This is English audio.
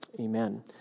Amen